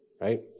right